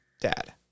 dad